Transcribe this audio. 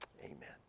Amen